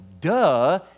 duh